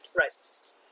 Right